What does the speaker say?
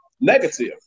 negative